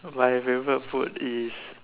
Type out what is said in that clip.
my favourite food is